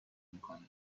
میکنه